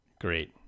Great